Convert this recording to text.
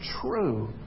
true